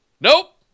Nope